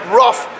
rough